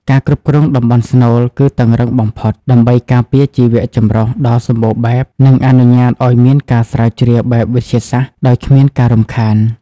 ការគ្រប់គ្រងតំបន់ស្នូលគឺតឹងរ៉ឹងបំផុត ដើម្បីការពារជីវៈចម្រុះដ៏សម្បូរបែប និងអនុញ្ញាតឱ្យមានការស្រាវជ្រាវបែបវិទ្យាសាស្ត្រដោយគ្មានការរំខាន។